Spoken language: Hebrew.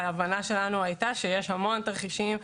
ההבנה שלנו הייתה שיש המון תרחישים,